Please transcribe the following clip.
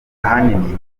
ahanini